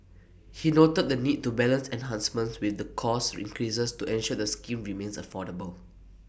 he noted the need to balance enhancements with the cost increases to ensure the scheme remains affordable